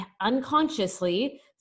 unconsciously